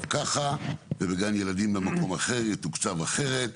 ככה ובגן ילדים במקום אחר יתוקצב אחרת,